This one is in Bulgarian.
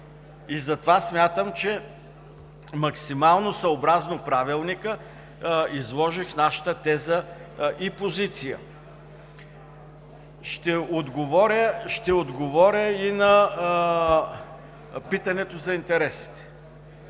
Затова смятам, че максимално, съобразно Правилника, изложих нашата теза и позиция. Ще отговоря и на питането за интересите,